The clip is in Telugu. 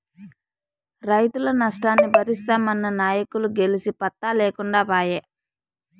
రైతుల నష్టాన్ని బరిస్తామన్న నాయకులు గెలిసి పత్తా లేకుండా పాయే